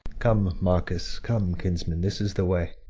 come, marcus, come kinsmen, this is the way.